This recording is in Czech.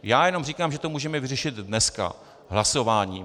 Já jenom říkám, že to můžeme vyřešit dneska hlasováním.